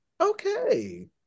okay